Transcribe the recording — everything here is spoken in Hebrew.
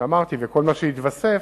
וכל מה שיתווסף,